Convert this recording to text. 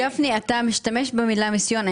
הרב גפני, אתה משתמש במילה מיסיון.